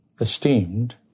esteemed